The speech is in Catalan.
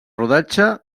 rodatge